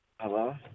Hello